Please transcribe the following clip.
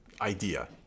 idea